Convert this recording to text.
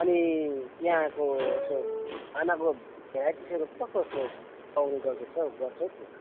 अनि त्यहाँको यसो खानाको भेराइटिजहरू कस्तो कस्तो छ हौ पाउने गर्दछ हो गर्छ हो त्यहाँ